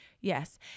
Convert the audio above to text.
Yes